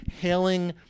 hailing